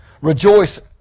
Rejoice